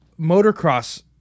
motocross